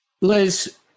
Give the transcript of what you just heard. Liz